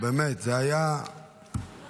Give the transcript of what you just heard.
פה זה היה על קבורה.